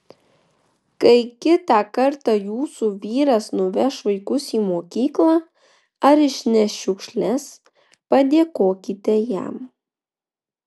kai kitą kartą jūsų vyras nuveš vaikus į mokyklą ar išneš šiukšles padėkokite jam